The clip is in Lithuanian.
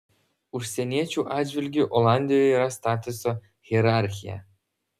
užsieniečių atžvilgiu olandijoje yra statuso hierarchija